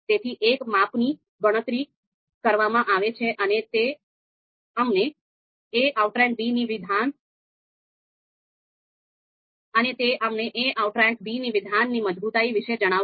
તેથી એક માપની ગણતરી કરવામાં આવે છે અને તે અમને a આઉટરેંક b ની વિધાનની મજબૂતાઈ વિશે જણાવશે